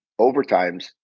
overtimes